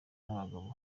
n’abagabo